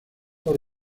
por